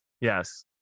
yes